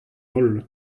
holl